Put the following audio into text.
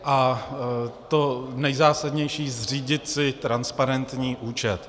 A to nejzásadnější zřídit si transparentní účet.